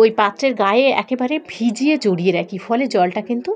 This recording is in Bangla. ওই পাত্রের গায়ে একেবারে ভিজিয়ে জড়িয়ে রাখি ফলে জলটা কিন্তু